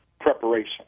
preparation